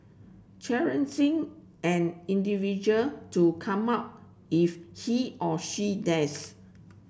challenging an individual to come out if he or she dares